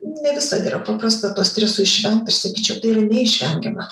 ne visad yra paprasta to streso išvengt aš sakyčiau tai yra neišvengiama